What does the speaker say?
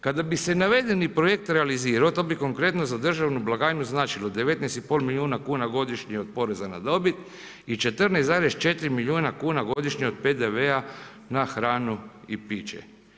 Kada bi se navedeni projekt realizirao to bi konkretno za državnu blagajnu značilo 19,5 milijuna kuna godišnje od poreza na dobit i 14,4 milijuna kuna godišnje od PDV-a na hranu i piće.